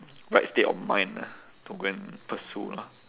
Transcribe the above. right state of mind ah to go and pursue lah